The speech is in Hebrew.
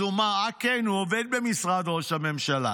אז הוא אמר: אה, כן, הוא עובד במשרד ראש הממשלה.